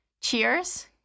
Cheers